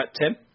Tim